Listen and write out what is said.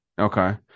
Okay